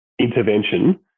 intervention